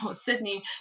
Sydney